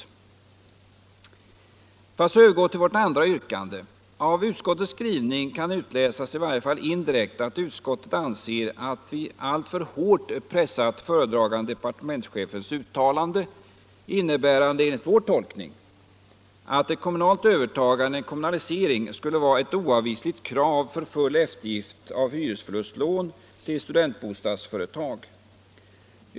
Jag skall så övergå till vårt andra yrkande. Av utskottets skrivning kan utläsas — i varje fall indirekt — att utskottet anser att vi alltför hårt har pressat föredragande departementschefens uttalande, innebärande enligt vår tolkning att ett kommunalt övertagande, en kommunalisering, skulle vara ett oavvisligt krav för full eftergift av hyresförlustlån till studentbostadsföretag.